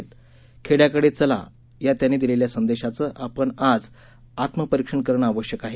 खेड्याकडे चला या त्यांनी दिलेल्या संदेशाचे आपण आज आत्मपरीक्षण करणे आवश्यक आहे